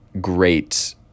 great